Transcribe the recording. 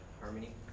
Harmony